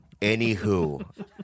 Anywho